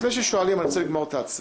אבל לפני ששואלים, אני רוצה לגמור את ההצעה.